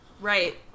Right